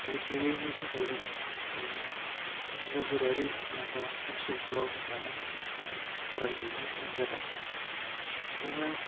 बे गैयैनि थाखायनो ओह नोगोरारि ओह गा ओनसोलफ्राव थांनानै जोंहा फरायहैनो गोनां जादों जोङो